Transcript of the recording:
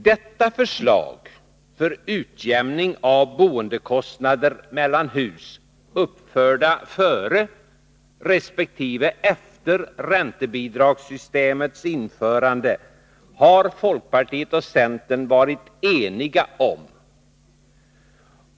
Detta förslag för utjämning av boendekostnader mellan hus uppförda före resp. efter räntebidragssystemets införande har folkpartiet och centern varit eniga om.